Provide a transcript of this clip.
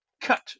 cut